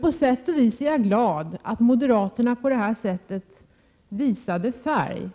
På sätt och vis är jag emellertid glad att moderaterna bekände färg och klargjorde